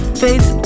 face